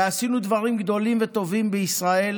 ועשינו דברים גדולים וטובים בישראל